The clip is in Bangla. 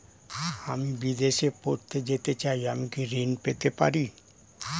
আমি বিদেশে পড়তে যেতে চাই আমি কি ঋণ পেতে পারি?